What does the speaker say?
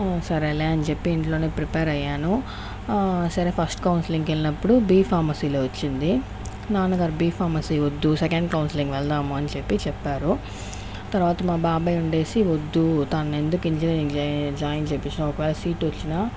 సరేలే అని చెప్పి ఇంట్లోనే ప్రిపేర్ అయ్యాను సరే ఫస్ట్ కౌన్సిలింగ్కి వెళ్ళినప్పుడు బీఫార్మసీలో వచ్చింది నాన్నగారు బీఫార్మసీ వద్దు సెకండ్ కౌన్సిలింగ్ వెళ్దాం అని చెప్పి చెప్పారు తర్వాత మా బాబాయి ఉండేసి వద్దు తనని ఎందుకు ఇంజనీరింగ్ జాయిన్ చేయించినావు ఒకవేళ సీటు వచ్చిన